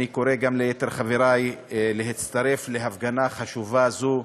אני קורא גם ליתר חברי להצטרף להפגנה חשובה זו.